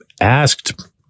asked